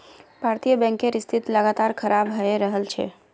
भारतीय बैंकेर स्थिति लगातार खराब हये रहल छे